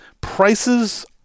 prices